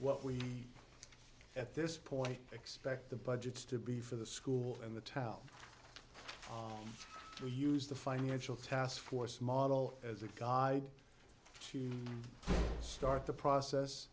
what we at this point expect the budgets to be for the school in the town or use the financial taskforce model as a guide to start the